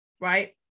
Right